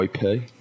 IP